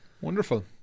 Wonderful